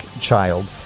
child